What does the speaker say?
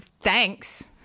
thanks